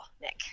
Nick